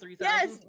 Yes